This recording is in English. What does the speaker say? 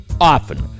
often